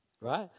right